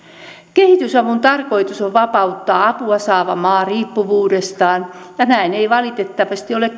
kehitysavun tarkoitus on vapauttaa apua saava maa riippuvuudestaan ja näin ei valitettavasti ole